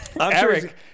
Eric